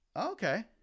Okay